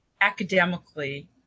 academically